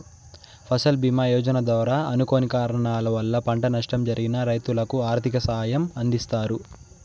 ఫసల్ భీమ యోజన ద్వారా అనుకోని కారణాల వల్ల పంట నష్టం జరిగిన రైతులకు ఆర్థిక సాయం అందిస్తారు